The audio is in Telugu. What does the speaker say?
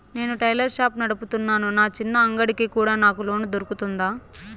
నేను టైలర్ షాప్ నడుపుతున్నాను, నా చిన్న అంగడి కి కూడా నాకు లోను దొరుకుతుందా?